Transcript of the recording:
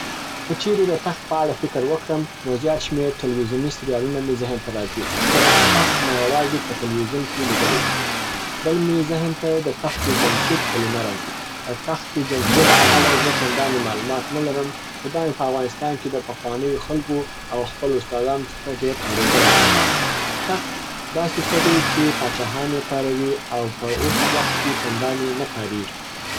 که چیري د تخت په اړه فکر وکړم نو زیات شمير ټلویزوني سیریالونه مي ذهن ته راځي، ځکه چې تخت ما یوازي په ټلویزیون کي لیدلی دی. بل می ذهن ته د تختی جمشید کلیمه راځي. د تخت جمشید په اړ زه چنداني معلومات نه لرم خو دا مي په افغانستان کې د پخوانیو خلګو او خپل استادانو څخه ډېر اوریدلی دی. تخت داسي څه دی چي پاچاهان یې کاروي او په اوس وخت کي چنداني نه کاریږي.